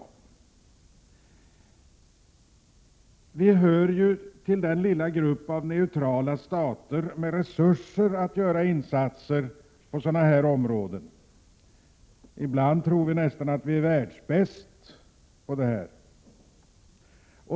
Sverige hör ju till den lilla grupp av neutrala stater som har resurser att göra insatser på sådana här områden. Ibland tror vi nästan att vi är världsbäst på detta.